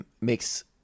makes